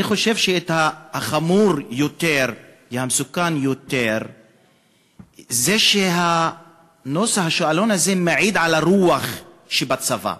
אני חושב שהחמור יותר והמסוכן יותר זה שהעלון הזה מעיד על הרוח שבצבא,